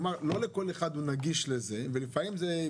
לא כל אחד נגיש לאינטרנט לצורך הדיווחים.